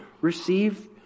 receive